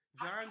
John